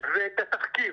ואת התחקיר.